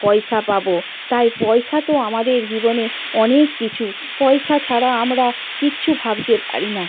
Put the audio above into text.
পয়সা পাব তাই পয়সা তো আমাদের জীবনে অনেক কিছু পয়সা ছাড়া আমরা কিচ্ছু ভাবতে পারি না